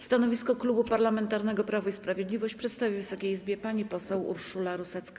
Stanowisko Klubu Parlamentarnego Prawo i Sprawiedliwość przedstawi Wysokiej Izbie pani poseł Urszula Rusecka.